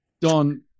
Don